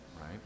right